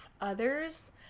others